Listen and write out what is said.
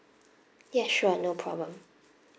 ya sure no problem